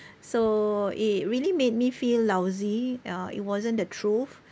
so it really made me feel lousy uh it wasn't the truth